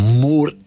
more